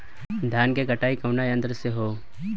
धान क कटाई कउना यंत्र से हो?